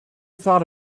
thought